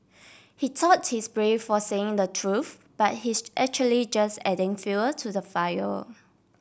he thought he's brave for saying the truth but he's actually just adding fuel to the fire